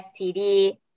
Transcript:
STD